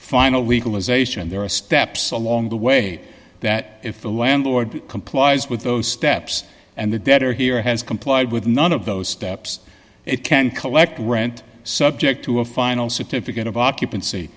final legalisation there are steps along the way that if the landlord complies with those steps and the debtor here has complied with none of those steps it can collect rent subject to a final certificate of occupancy